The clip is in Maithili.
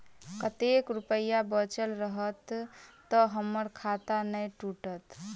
कतेक रुपया बचल रहत तऽ हम्मर खाता नै टूटत?